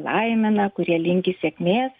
laimina kurie linki sėkmės